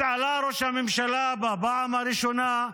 אז עלה ראש הממשלה בפעם הראשונה,